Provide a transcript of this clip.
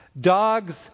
dogs